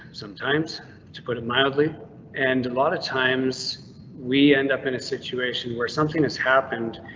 sometimes to put it mildly and a lot of times we end up in a situation where something is happened.